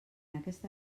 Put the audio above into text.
aquesta